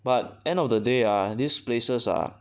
but end of the day ah these places are